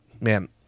man